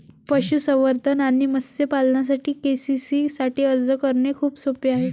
पशुसंवर्धन आणि मत्स्य पालनासाठी के.सी.सी साठी अर्ज करणे खूप सोपे आहे